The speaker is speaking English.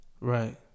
Right